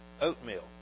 Oatmeal